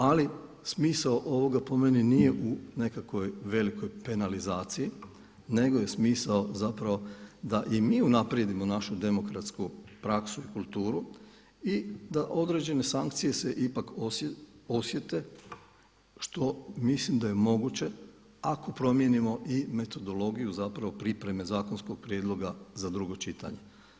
Ali smisao ovoga, po meni, nije u nekakvoj velikoj penalizaciji nego je smisao zapravo da i mi unaprijedimo našu demokratsku praksu i kulturu i da određene sankcije se ipak osjete što mislim da je moguće ako promijenimo i metodologiju zapravo pripreme zakonskog prijedloga za drugo čitanje.